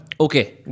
Okay